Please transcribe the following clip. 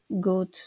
good